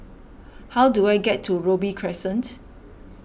how do I get to Robey Crescent